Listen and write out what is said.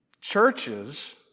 churches